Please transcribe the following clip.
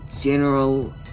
general